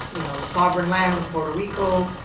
you know, the sovereign land of puerto rico.